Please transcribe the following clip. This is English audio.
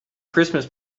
christmas